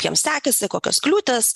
jiem sekėsi kokios kliūtys